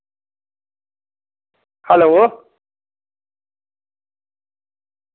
hello